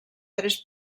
tres